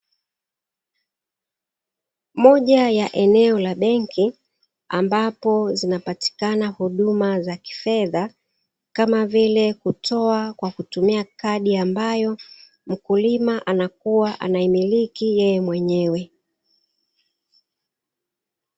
Moja ya eneo la benki ambapo zinapatikana huduma za kifedha, kama vile kutoa kwa kutumia kadi ambayo mkulima anakuwa anaimiliki yeye mwenyewe.